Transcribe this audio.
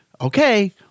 okay